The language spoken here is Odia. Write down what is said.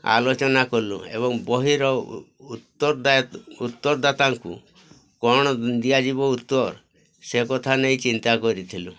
ଆଲୋଚନା କଲୁ ଏବଂ ବହିର ଉତ୍ତରଦାତାଙ୍କୁ କ'ଣ ଦିଆଯିବ ଉତ୍ତର ସେ କଥା ନେଇ ଚିନ୍ତା କରିଥିଲୁ